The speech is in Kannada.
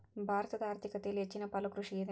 ಭಾರತದ ಆರ್ಥಿಕತೆಯಲ್ಲಿ ಹೆಚ್ಚನ ಪಾಲು ಕೃಷಿಗಿದೆ